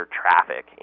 traffic